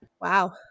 wow